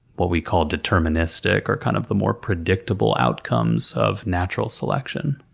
what we call, deterministic or, kind of, the more predictable outcomes of natural selection.